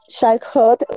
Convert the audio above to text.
childhood